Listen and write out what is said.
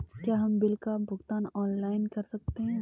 क्या हम बिल का भुगतान ऑनलाइन कर सकते हैं?